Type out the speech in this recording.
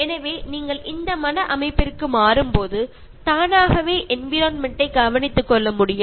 எனவே நீங்கள் இந்த மன அமைப்பிற்கு மாறும்போது தானாகவே என்விரான்மென்ட் டைக் கவனித்துக் கொள்ள முடியும்